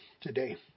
today